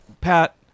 Pat